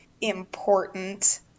important